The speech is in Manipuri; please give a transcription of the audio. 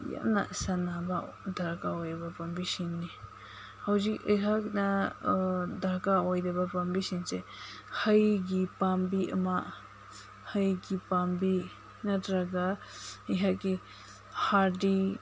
ꯌꯥꯝꯅ ꯁꯦꯟꯅꯕ ꯗꯔꯀꯥꯔ ꯑꯣꯏꯕ ꯄꯥꯝꯕꯤꯁꯤꯡꯅꯤ ꯍꯧꯖꯤꯛ ꯑꯩꯍꯥꯛꯅ ꯗꯔꯀꯥꯔ ꯑꯣꯏꯔꯤꯕ ꯄꯥꯝꯕꯤꯁꯤꯡꯁꯦ ꯍꯩꯒꯤ ꯄꯥꯝꯕꯤ ꯑꯃ ꯍꯩꯒꯤ ꯄꯥꯝꯕꯤ ꯅꯠꯇ꯭ꯔꯒ ꯑꯩꯍꯥꯛꯀꯤ ꯍꯥꯔꯗꯤ